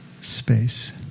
space